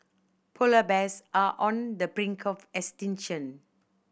polar bears are on the brink of extinction